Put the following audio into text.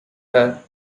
her